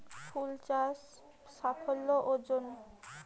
ফুল চাষ সাফল্য অর্জন?